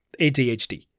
ADHD